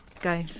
Go